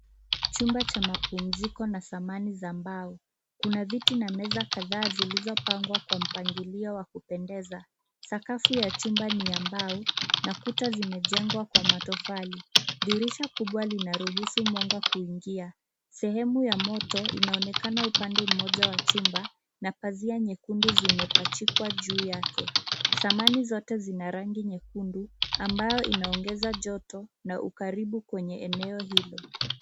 Chumba cha mapumziko na samani za mbao. Kuna viti na meza kadhaa zilizopangwa kwa mpangilio wa kupendeza. Sakafu ya chumba ni ya mbao na kuta zimejengwa kwa matofali. Dirisha kubwa linaruhusu mwanga kuingia. Sehemu ya moto inaonekana upande mmoja wa chumba na pazia nyekundu zimepachikwa juu yake. Samani zote zina rangi nyekundu, ambayo inaongeza joto na ukaribu kwenye eneo hilo.